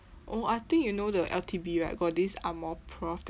oh I think you know the L_T_B right got this angmoh prof